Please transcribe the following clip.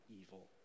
evil